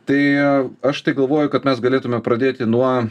tai aš tai galvoju kad mes galėtume pradėti nuo